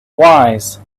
wise